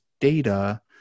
data